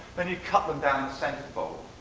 then you cut them down the centerfold.